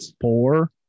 four